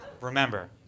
Remember